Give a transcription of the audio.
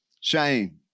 Shame